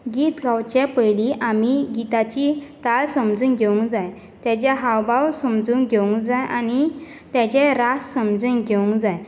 गीत गावचे पयली आमीं गिताची चाल समजोन घेवंक जाय तेचे हावभाव समजोन घेवंक जाय आनी तेचे राग समजोन घेवंक जाय